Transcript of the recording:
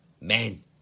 men